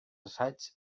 assaigs